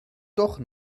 doch